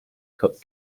cook